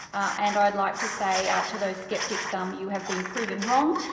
and i'd like to say to those sceptics, um you have been proven wrong.